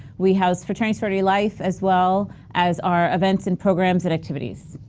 we house fraternity life as well as our events and programs and activities.